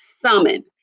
summon